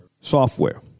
software